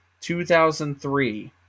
2003